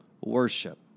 worship